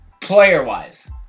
Player-wise